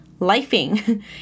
lifing